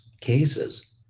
cases